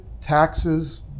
taxes